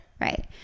Right